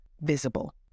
visible